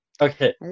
Okay